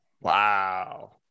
Wow